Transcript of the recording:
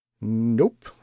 Nope